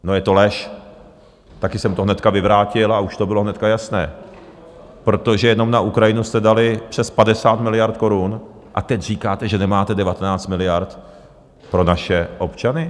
No je to lež, taky jsem to hnedka vyvrátil a už to bylo hned jasné, protože jenom na Ukrajinu jste dali přes 50 miliard korun, a teď říkáte, že nemáte 19 miliard pro naše občany?